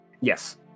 Yes